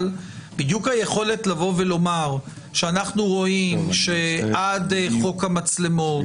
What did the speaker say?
אבל בדיוק היכולת לומר שאנחנו רואים שעד חוק המצלמות,